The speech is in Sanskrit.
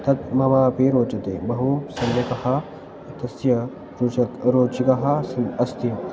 तत् ममापि रोचते बहु सम्यक् तस्य रोचकः रोचकः स् अस्ति